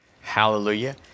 Hallelujah